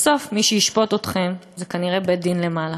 בסוף מי שישפוט אתכם זה, כנראה, בית-דין למעלה.